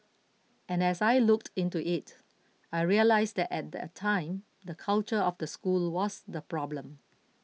and as I looked into it I realised that at that time the culture of the school was the problem